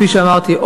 וכפי שאמרתי,